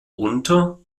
unter